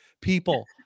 people